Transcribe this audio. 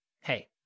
Hey